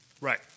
Right